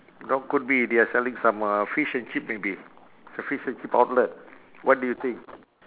or could be they're selling some uh fish and chip maybe it's a fish and chip outlet what do you think